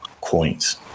coins